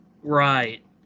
right